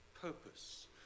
purpose